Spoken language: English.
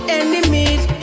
enemies